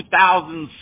2000s